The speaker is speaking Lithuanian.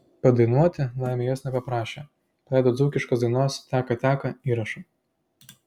padainuoti laimei jos nepaprašė paleido dzūkiškos dainos teka teka įrašą